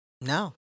No